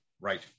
Right